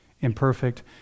imperfect